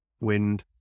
wind